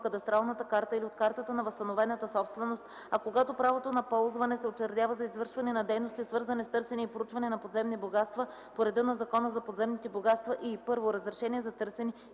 кадастралната карта или от картата на възстановената собственост, а когато правото на ползване се учредява за извършване на дейности, свързани с търсене и проучване на подземни богатства по реда на Закона за подземните богатства, и: 1. разрешение за търсене